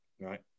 right